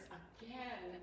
again